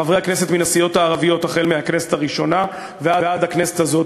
חברי הכנסת מהסיעות הערביות החל מהכנסת הראשונה ועד הכנסת הזאת,